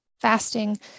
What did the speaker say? fasting